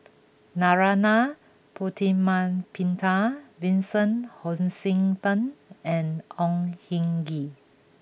Narana Putumaippittan Vincent Hoisington and Au Hing Yee